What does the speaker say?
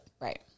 Right